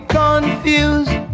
confused